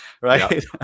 right